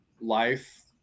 life